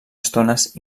estones